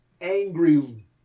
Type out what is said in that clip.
angry